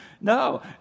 No